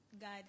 God